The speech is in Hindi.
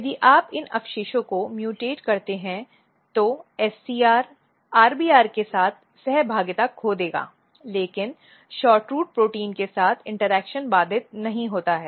यदि आप इस अवशेषों को म्यूटएट करते हैं तो SCR RBR के साथ सहभागिता खो देगा लेकिन SHORTROOT प्रोटीन के साथ इंटरेक्शन बाधित नहीं होती है